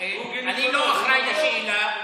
אני לא אחראי לשאלה,